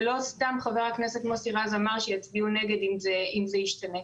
ולא סתם חבר הכנסת מוסי רז אמר שיצביעו נגד אם זה ישתנה.